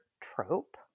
trope